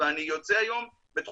זאת אומרת,